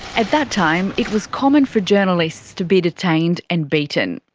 at that time it was common for journalists to be detained and beaten.